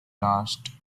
lost